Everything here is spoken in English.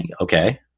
Okay